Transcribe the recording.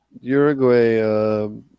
Uruguay